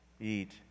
eat